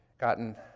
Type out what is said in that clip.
gotten